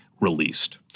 released